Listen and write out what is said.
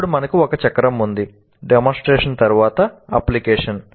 అప్పుడు మనకు ఒక చక్రం ఉంది డెమోన్స్ట్రేషన్ తరువాత అప్లికేషన్